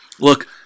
Look